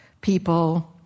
people